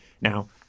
Now